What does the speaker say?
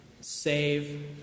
save